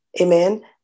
amen